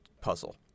puzzle